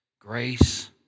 grace